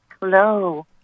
Hello